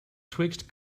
twixt